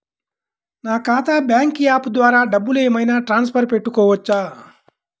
నా ఖాతా bank app ద్వారా డబ్బులు ఏమైనా ట్రాన్స్ఫర్ పెట్టుకోవచ్చా?